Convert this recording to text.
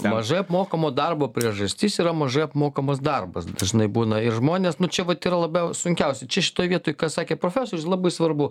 mažai apmokamo darbo priežastis yra mažai apmokamas darbas dažnai būna ir žmonės nu čia vat yra labiau sunkiausia čia šitoj vietoj kas sakė profesorius labai svarbu